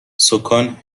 سـکان